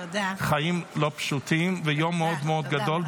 חיים לא פשוטים ויום מאוד מאוד גדול,